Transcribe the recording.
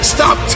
Stop